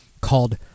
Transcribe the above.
called